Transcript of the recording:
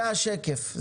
זה השקף,